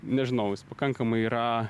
nežinau jis pakankamai yra